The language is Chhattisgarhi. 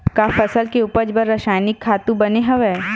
का फसल के उपज बर रासायनिक खातु बने हवय?